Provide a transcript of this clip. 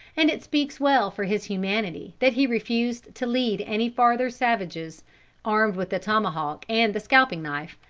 and it speaks well for his humanity that he refused to lead any farther savages armed with the tomahawk and the scalping knife,